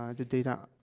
ah the data,